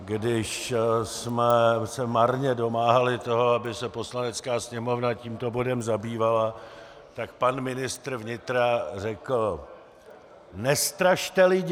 Když jsme se marně domáhali toho, aby se Poslanecká sněmovna tímto bodem zabývala, tak pan ministr vnitra řekl: Nestrašte lidi!